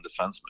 defenseman